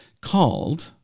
called